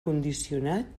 condicionat